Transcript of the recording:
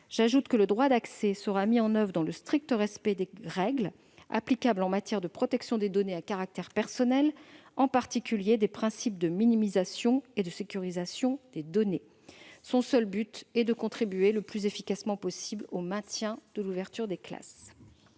J'ajoute que le droit d'accès sera mis en oeuvre dans le strict respect des règles applicables en matière de protection des données à caractère personnel, en particulier des principes de minimisation et de sécurité des données. Son seul but est de contribuer le plus efficacement possible au maintien de l'ouverture des classes.